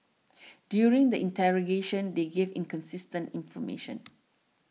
during the interrogation they gave inconsistent information